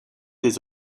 des